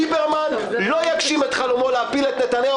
ליברמן לא יגשים את חלומו להפיל את נתניהו